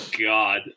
God